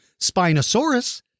Spinosaurus